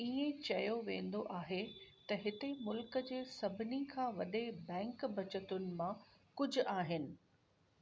हीअ चयो वेंदो आहे त हिते मुल्क़ जे सभिनी खां वॾे बैंक बचतुनि मां कुझु आहिनि